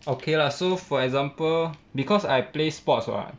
okay lah so for example because I play sports [what]